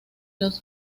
los